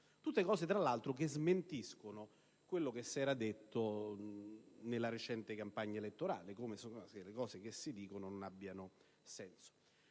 Tutte cose, tra l'altro, che smentiscono quello che si era detto durante la recente campagna elettorale, come se le cose che si dicono non abbiano senso.